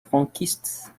franquiste